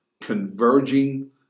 converging